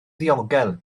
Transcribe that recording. ddiogel